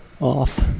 off